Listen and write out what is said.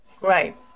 Right